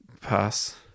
Pass